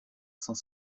cent